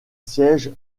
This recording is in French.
siège